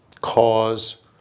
cause